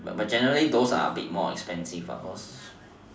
but generally those are a bit more expensive lah cause